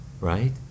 right